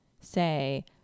say